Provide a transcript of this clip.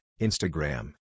Instagram